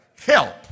help